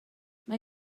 mae